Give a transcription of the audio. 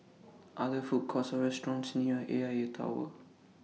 Are There Food Courts Or restaurants near A I A Tower